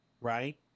right